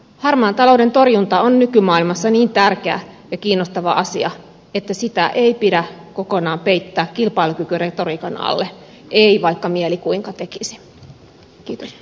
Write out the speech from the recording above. harmaan talouden torjunta on nykymaailmassa niin tärkeä ja kiinnostava asia että sitä ei pidä kokonaan peittää kilpailukykyretoriikan alle ei vaikka mieli kuinka tekisi